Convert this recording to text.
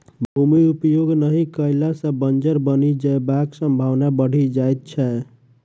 भूमि उपयोग नहि कयला सॅ बंजर बनि जयबाक संभावना बढ़ि जाइत छै